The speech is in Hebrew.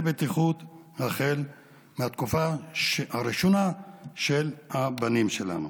בטיחות החל מהתקופה הראשונה של הבנים שלנו.